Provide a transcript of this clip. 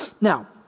Now